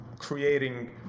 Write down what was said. creating